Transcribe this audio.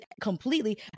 completely